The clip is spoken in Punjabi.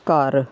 ਘਰ